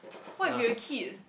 what if your kids